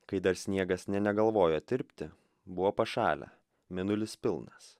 kai dar sniegas nė negalvojo tirpti buvo pašalę mėnulis pilnas